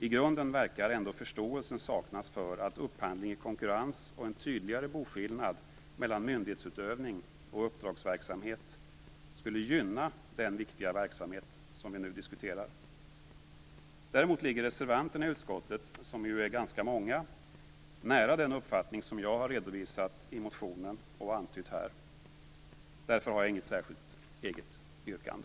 I grunden verkar ändå förståelsen saknas för att upphandling i konkurrens och en tydligare boskillnad mellan myndighetsutövning och uppdragsverksamhet skulle gynna den viktiga verksamhet som vi nu diskuterar. Däremot ligger reservanterna i utskottet, som är ganska många, nära den uppfattning som jag har redovisat i motionen och antytt här. Jag har därför inget särskilt eget yrkande.